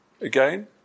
again